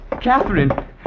Catherine